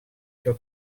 her